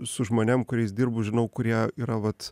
su žmonėm kuriais dirbu žinau kurie yra vat